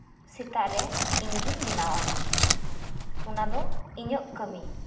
ᱥᱮᱛᱟᱜ ᱨᱮ ᱤᱧᱜᱤᱧ ᱵᱮᱱᱟᱣᱟ ᱚᱱᱟ ᱫᱚ ᱤᱧᱟᱹᱜ ᱠᱟᱢᱤ